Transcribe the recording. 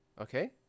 okay